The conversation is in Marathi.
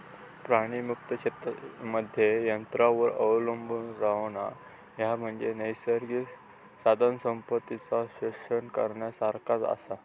प्राणीमुक्त शेतीमध्ये यंत्रांवर अवलंबून रव्हणा, ह्या म्हणजे नैसर्गिक साधनसंपत्तीचा शोषण करण्यासारखाच आसा